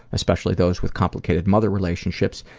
especially those with complicated mother relationships,